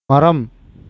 மரம்